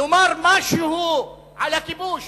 לומר משהו על הכיבוש.